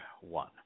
one